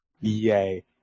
yay